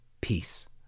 peace